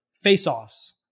face-offs